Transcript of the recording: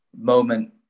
moment